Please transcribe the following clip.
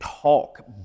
talk